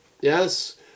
yes